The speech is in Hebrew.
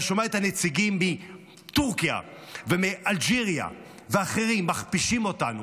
ואתה שומע את הנציגים מטורקיה ומאלג'יריה ואחרים מכפישים אותנו,